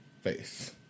face